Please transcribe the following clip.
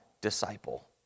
disciple